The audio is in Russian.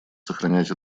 сохранять